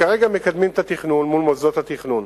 כרגע מקדמים את התכנון מול מוסדות התכנון.